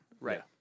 Right